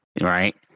Right